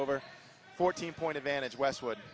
over fourteen point advantage westwood